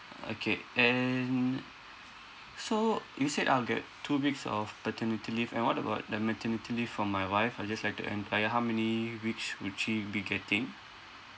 okay and so you said I'll get two weeks of paternity leave and what about the maternity leave for my wife I'd just like to enquire how many weeks would she be getting